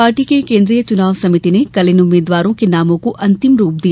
party की केंद्रीय चनाव समिति ने कल इन उम्मीदवारों के नामों को अंतिम रूप दिया